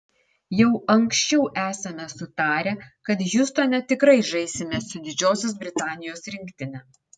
jau anksčiau esame sutarę kad hjustone tikrai žaisime su didžiosios britanijos rinktine